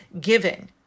giving